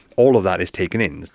all of that is taken in,